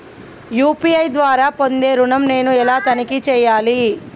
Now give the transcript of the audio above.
UPI ద్వారా పొందే ఋణం నేను ఎలా తనిఖీ చేయాలి?